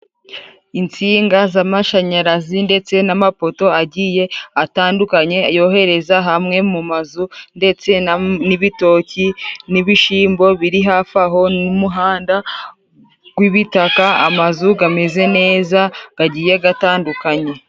Insinga z'amashanyarazi ndetse n'amapoto agiye atandukanye yohereza hamwe mu mazu, ndetse n'ibitoki n'ibishimbo biri hafi aho n'umuhanda gw'ibitaka, amazu gameze neza, gagiye gatandukanye.